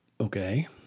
okay